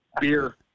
beer